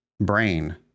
brain